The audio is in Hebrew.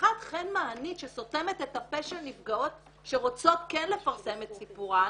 הלכת חן מענית שסותמת את הפה של נפגעות שרוצות לפרסם את סיפורן